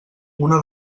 una